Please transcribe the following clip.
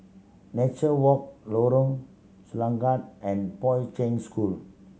Nature Walk Lorong Selangat and Poi Ching School